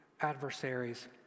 adversaries